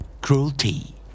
Cruelty